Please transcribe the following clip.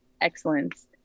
excellence